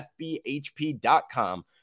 FBHP.com